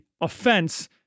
offense